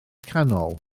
canol